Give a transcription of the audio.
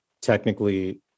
technically